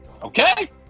Okay